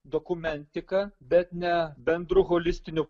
dokumentika bet ne bendru holistiniu